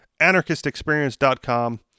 AnarchistExperience.com